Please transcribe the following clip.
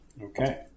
Okay